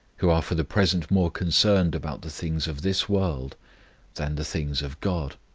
who are for the present more concerned about the things of this world than the things of god?